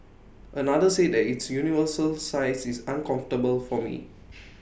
another said that its universal size is uncomfortable for me